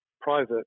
private